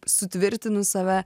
sutvirtinu save